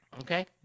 Okay